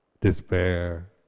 despair